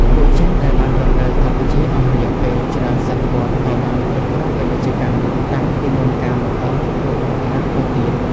ពួកចិនដែលបានរស់នៅកម្ពុជាអស់រយៈពេលច្រើនសតវត្សកបានគ្រប់គ្រងពាណិជ្ជកម្ម តាំងពីមុនការមកដល់របស់បារាំងទៅទៀត។